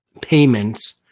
payments